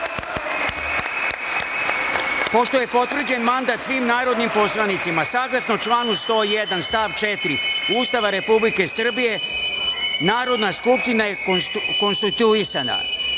je potvrđen mandat svim narodnim poslanicima, saglasno članu 101. stav 4. Ustava Republike Srbije, Narodna skupština je konstituisana. Poštovane